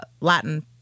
Latin